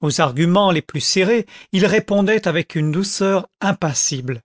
aux arguments les plus serrés il répondait avec une douceur impassible